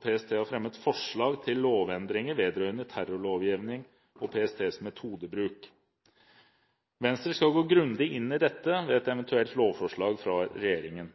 PST har fremmet forslag til lovendringer vedrørende terrorlovgivningen og PSTs metodebruk. Venstre skal gå grundig inn i dette ved et eventuelt lovforslag fra regjeringen,